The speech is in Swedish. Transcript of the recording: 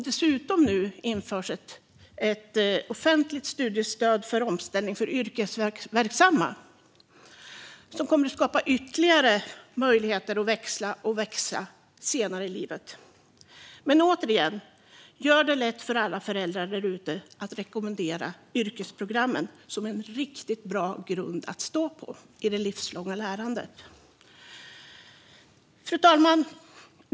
Dessutom införs nu ett offentligt studiestöd för omställning för yrkesverksamma, som kommer skapa ytterligare möjligheter att växla och växa senare i livet. Men återigen: Gör det lätt för alla föräldrar där ute att rekommendera yrkesprogrammen som en riktigt bra grund att stå på i det livslånga lärandet! Fru talman!